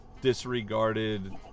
disregarded